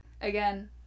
again